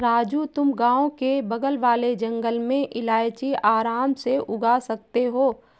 राजू तुम गांव के बगल वाले जंगल में इलायची आराम से उगा सकते हो